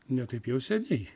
ne taip jau seniai